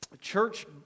church